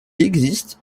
existe